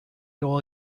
all